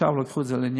עכשיו לקחו את זה בעניין.